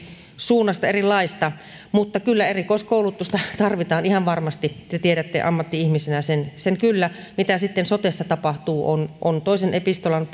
suunnasta erilaista mutta kyllä erikoiskoulutusta tarvitaan ihan varmasti te tiedätte ammatti ihmisenä sen sen kyllä mitä sitten sotessa tapahtuu on on toisen epistolan